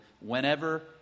whenever